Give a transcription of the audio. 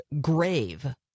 grave